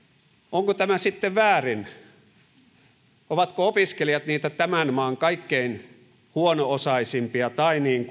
onko tämä sitten väärin ovatko opiskelijat niitä tämän maan kaikkein huono osaisimpia tai niin